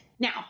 Now